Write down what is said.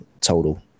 total